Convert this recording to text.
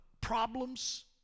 problems